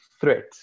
threat